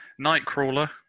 Nightcrawler